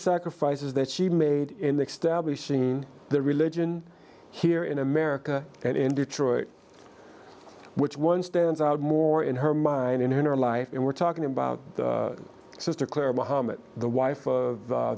sacrifices that she made in the stabbing the religion here in america and in detroit which one stands out more in her mind in her life and we're talking about sister clare mohammed the wife of